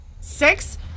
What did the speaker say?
Six